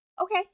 Okay